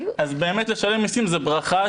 אז באמת לשלם מיסים זה ברכה,